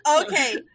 okay